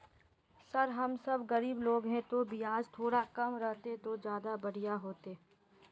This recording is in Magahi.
सर हम सब गरीब लोग है तो बियाज थोड़ा कम रहते तो ज्यदा बढ़िया होते